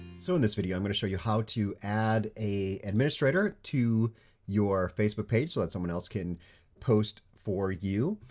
so in this video, i'm gonna show you how to add an administrator to your facebook page so that someone else can post for you.